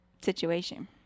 situation